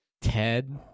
Ted